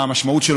מה המשמעות שלו,